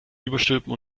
überstülpen